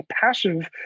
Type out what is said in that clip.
passive